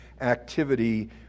activity